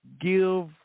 give